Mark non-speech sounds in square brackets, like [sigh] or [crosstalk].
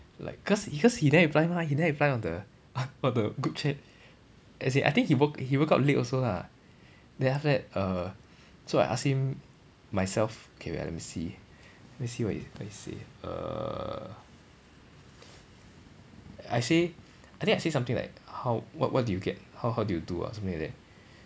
like cause he cause he never reply mah he never reply on the [laughs] on the group chat as in I think he woke he woke up late also lah then after that err so I ask him myself K wait ah let me see let me see what he what he say err I say I think I say something like how what what did you get how how did you do ah something like that